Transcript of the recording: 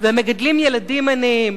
והם מגדלים ילדים עניים,